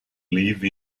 live